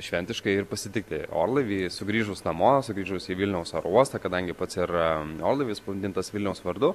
šventiškai ir pasitikti orlaivį sugrįžus namo sugrįžus į vilniaus oro uostą kadangi pats ir orlaivis pavadintas vilniaus vardu